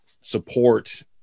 support